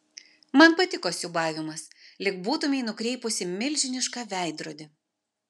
man patiko siūbavimas lyg būtumei nukreipusi milžinišką veidrodį